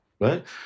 right